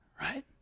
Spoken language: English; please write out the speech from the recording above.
right